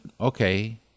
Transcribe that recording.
okay